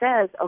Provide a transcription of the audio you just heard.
says